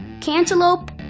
cantaloupe